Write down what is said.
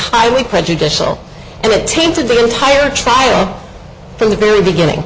highly prejudicial and it seemed to be entire trial from the very beginning